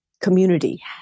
community